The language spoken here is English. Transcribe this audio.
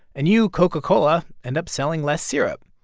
and you, coca-cola, end up selling less syrup.